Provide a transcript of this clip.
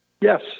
Yes